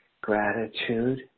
gratitude